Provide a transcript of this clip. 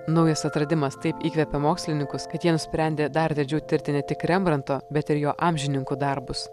naujas atradimas taip įkvėpė mokslininkus kad jie nusprendė dar atidžiau tirti ne tik rembranto bet ir jo amžininkų darbus